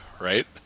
right